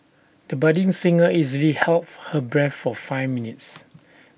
the budding singer easily held her breath for five minutes